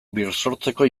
birsortzeko